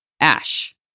Ash